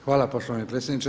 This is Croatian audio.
Hvala poštovani predsjedniče.